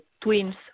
twins